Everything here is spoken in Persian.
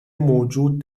موجود